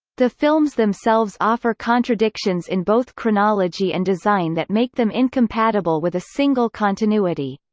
the films themselves offer contradictions in both chronology and design that make them incompatible with a single continuity.